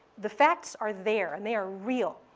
the facts are there, and they are real.